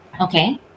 Okay